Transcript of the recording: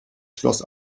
schloss